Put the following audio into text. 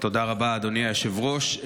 תודה רבה, אדוני היושב-ראש.